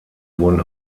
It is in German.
wurden